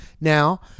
now